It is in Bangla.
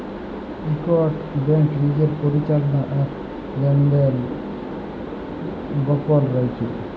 ইকট ব্যাংক লিজের পরিচাললা আর লেলদেল গপল রাইখে